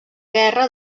guerra